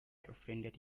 offended